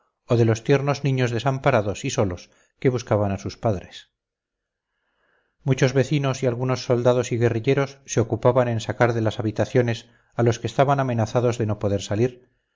o de los tiernos niños desamparados y solos que buscaban a sus padres muchos vecinos y algunos soldados y guerrilleros se ocupaban en sacar de las habitaciones a los que estaban amenazados de no poder salir